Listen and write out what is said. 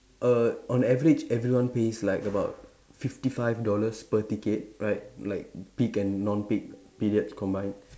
err on average everyone pays like about fifty five dollars per ticket right like peak and non peak periods combined